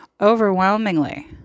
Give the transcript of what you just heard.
overwhelmingly